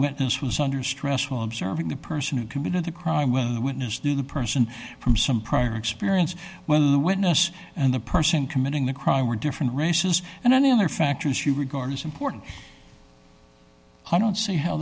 witness was under stressful observing the person who committed the crime whether the witness knew the person from some prior experience whether the witness and the person committing the crime were different races and any other factors you regard as important i don't see how